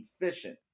efficient